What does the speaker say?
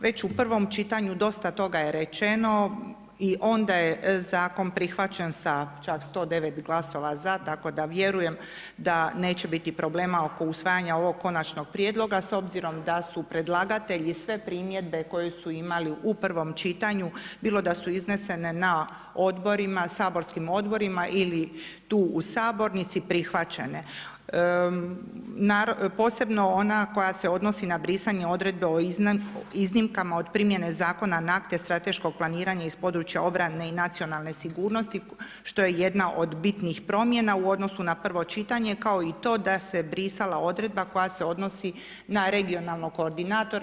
Već u prvom čitanju dosta toga je rečeno i onda je zakon prihvaćen sa čak 109 glasova za, tako da vjerujem da neće biti problema oko usvajanja ovog konačnog prijedloga s obzirom da su predlagatelji sve primjedbe koje su imali u prvom čitanju bilo da su iznesene na odborima, saborskim odborima ili tu u sabornici prihvaćene, posebno ona koja se odnosi na brisanje odredbe o iznimkama od primjene zakona na akte strateškog planiranja iz područja obrane i nacionalne sigurnosti što je jedna od bitnih promjena u odnosu na prvo čitanje kao i to da se brisala odredba koja se odnosi na regionalnog koordinatora.